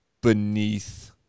beneath